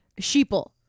sheeple